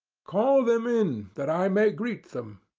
call them in, that i may greet them.